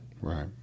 Right